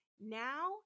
now